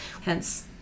hence